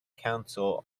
council